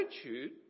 attitude